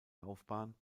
laufbahn